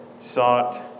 sought